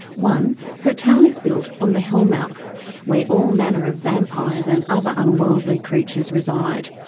one her town is built on the hellmouth where all manner of vampires and other unworldly creatures reside.